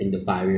was free